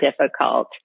difficult